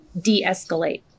de-escalate